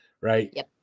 right